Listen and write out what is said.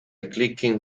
clicking